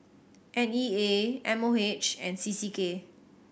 N E A M O H and C C K